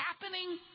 happening